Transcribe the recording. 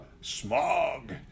smog